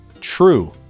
true